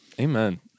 Amen